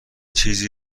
چیزی